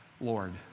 Lord